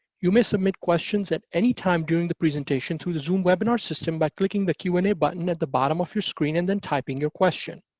you may submit questions at any time during the presentation to the zoom webinar system by clicking the q and a button at the bottom of your screen and then typing your question.